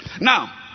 Now